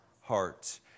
hearts